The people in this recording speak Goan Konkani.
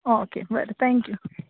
ओके बरें थँक्यू